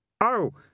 Oh